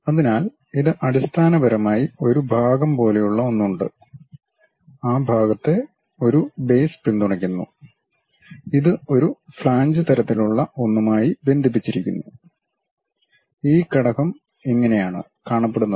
അതിനാൽ ഇത് അടിസ്ഥാനപരമായി ഒരു ഭാഗം പോലെയുള്ള ഒന്ന് ഉണ്ട് ആ ഭാഗത്തെ ഒരു ബേസ് പിന്തുണയ്ക്കുന്നു ഇത് ഒരു ഫ്ലേഞ്ച് തരത്തിലുള്ള ഒന്നുമായി ബന്ധിപ്പിച്ചിരിക്കുന്നു ഈ ഘടകം ഇങ്ങനെയാണ് കാണപ്പെടുന്നത്